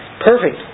Perfect